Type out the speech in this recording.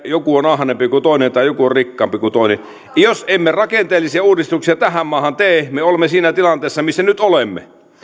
joku on ahneempi kuin toinen tai joku on rikkaampi kuin toinen jos emme rakenteellisia uudistuksia tähän maahan tee me olemme siinä tilanteessa missä nyt olemme